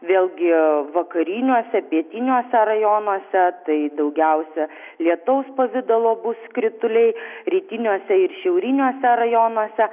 vėlgi vakariniuose pietiniuose rajonuose tai daugiausia lietaus pavidalo bus krituliai rytiniuose ir šiauriniuose rajonuose